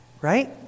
right